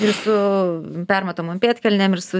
ir su permatomom pėdkelnėm ir su